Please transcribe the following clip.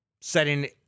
setting